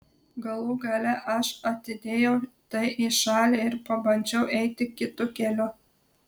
galų gale aš atidėjau tai į šalį ir pabandžiau eiti kitu keliu